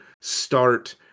start